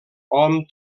hom